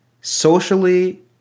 socially